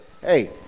hey